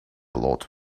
lot